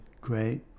great